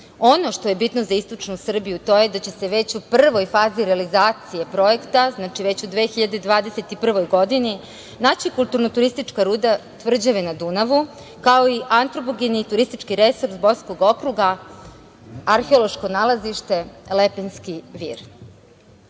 što je bitno za istočnu Srbiju to je da će se već u pravoj fazi realizacije projekta, znači već u 2021. godini naći kulturno turistička ruda tvrđave na Dunavu, kao i antropogeni turistički resurs Borskog okruga arheološko nalazište Lepenski